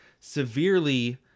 severely